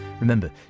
Remember